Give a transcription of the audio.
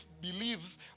believes